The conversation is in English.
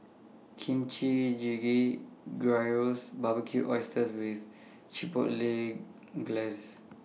Kimchi Jjigae Gyros Barbecued Oysters with Chipotle Glaze